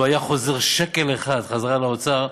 לו היה חוזר שקל אחד לאוצר,